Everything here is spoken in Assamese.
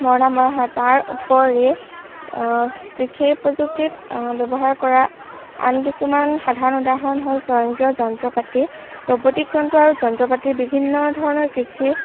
মৰণা মৰা হয় তাৰ উপৰি কৃষি প্ৰযুক্তিত ব্যৱহাৰ কৰা আন কিছুমান সাধাৰণ উদাহৰণ হ'ল স্বয়ংক্ৰিয় যন্ত্ৰ পাতি ৰ'বটিক যন্ত্ৰ আৰু যন্ত্ৰ পাতিৰ বিভিন্ন ধৰণৰ কৃষি